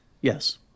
Yes